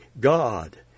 God